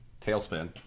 Tailspin